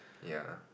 ya